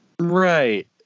Right